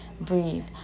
breathe